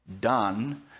done